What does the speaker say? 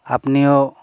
আপনিও